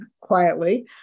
quietly